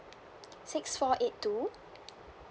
six four eight two